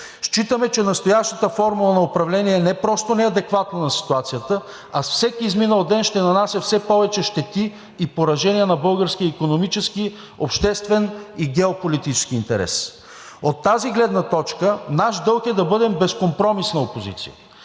Считаме, че настоящата формула на управление е не просто неадекватна на ситуацията, а с всеки изминал ден ще нанася все повече щети и поражения на българския икономически, обществен и геополитически интерес. От тази гледна точка наш дълг е да бъдем безкомпромисна опозиция.